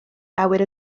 awyr